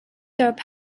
through